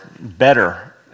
better